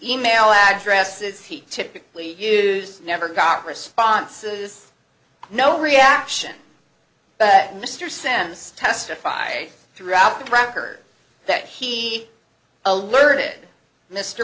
email addresses he typically use never got responses no reaction but mr sands testify throughout the record that he alerted mr